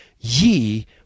ye